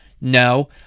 No